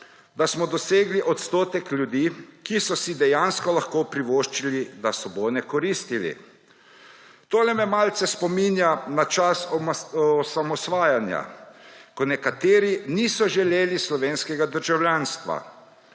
da smo dosegli odstotek ljudi, ki so si dejansko lahko privoščili, da so bone koristili. Tole me malce spominja na čas osamosvajanja, ko nekateri niso želeli slovenskega državljanstva,